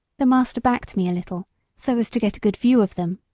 the master backed me a little, so as to get a good view of them.